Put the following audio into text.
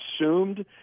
assumed